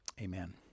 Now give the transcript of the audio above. Amen